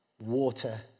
water